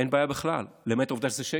אין בעיה בכלל, למעט העובדה שזה שקר.